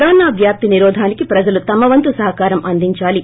corona వ్యాప్తి నిరోధానికి ప్రజలు తమ వంతు సహకారం అందించాలి